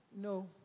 No